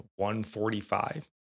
145